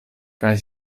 kaj